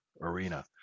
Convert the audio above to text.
arena